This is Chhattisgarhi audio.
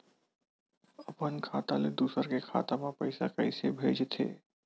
अपन खाता ले दुसर के खाता मा पईसा कइसे भेजथे?